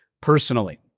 personally